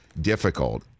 difficult